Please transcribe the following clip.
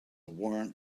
warrant